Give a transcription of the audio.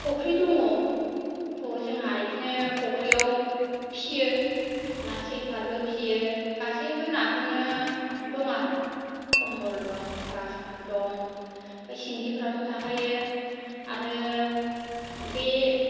फुख्रि दङ जोंहा इदिनो फुख्रियाव फियो ना सिलफारबो फियो गासिबो नाखोनो दंआरो कमल दं ग्रास खाद दं ओमफ्राय सिंगिफ्राथ' थाखायो आरो बे